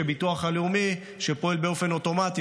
הביטוח הלאומי פועל באופן אוטומטי,